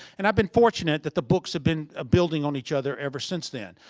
and i've been fortunate that the books have been ah building on each other ever since then.